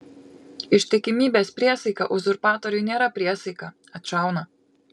ištikimybės priesaika uzurpatoriui nėra priesaika atšauna